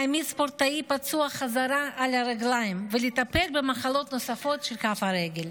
להעמיד ספורטאי פצוע בחזרה על הרגליים ולטפל במחלות נוספות של כף הרגל.